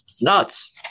Nuts